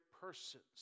persons